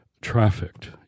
trafficked